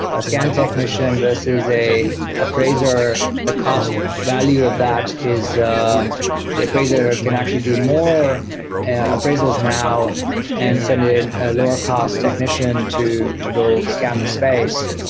a scan technician versus an appraiser, the cost value of that is the the appraiser can actually do more appraisals now and send in a lower cost technician to to go scan the space.